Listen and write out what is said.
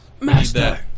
Master